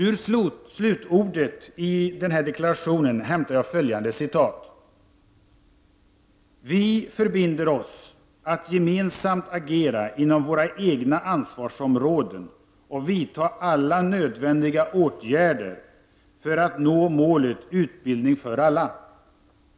Ur slutordet i denna deklaration hämtar jag följande citat: ”Vi förbinder oss att gemensamt agera inom våra egna ansvarsområden och vidta alla nödvändiga åtgärder för att nå målet utbildning för alla.